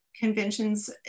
conventions